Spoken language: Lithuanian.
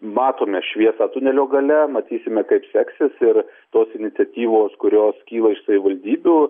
matome šviesą tunelio gale matysime kaip seksis ir tos iniciatyvos kurios kyla iš savivaldybių